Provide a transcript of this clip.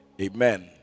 amen